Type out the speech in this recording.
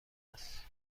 است